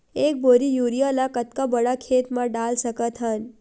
एक बोरी यूरिया ल कतका बड़ा खेत म डाल सकत हन?